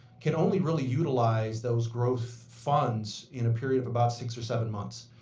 can only really utilize those growth funds in a period of about six or seven months.